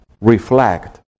reflect